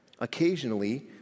Occasionally